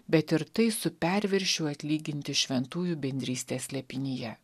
bet ir tai su perviršiu atlyginti šventųjų bendrystės slėpinyje